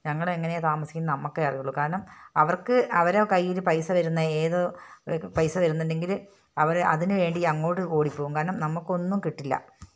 ഞങ്ങളെങ്ങനെയാണു താമസിക്കുന്നതെന്നു നമ്മള്ക്കേ അറിയുള്ളൂ കാരണം അവർക്ക് അവരെ കയ്യില് പൈസ വരുന്നത് ഏത് പൈസ വരുന്നുണ്ടെങ്കില് അവര് അതിനുവേണ്ടി അങ്ങോട്ട് ഓടിപ്പോവും കാരണം നമുക്കൊന്നും കിട്ടില്ല